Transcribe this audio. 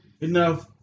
enough